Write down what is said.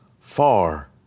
far